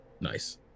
Nice